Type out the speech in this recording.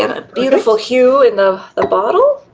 and ah beautiful hue in the ah bottle.